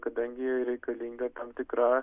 kadangi reikalinga tam tikra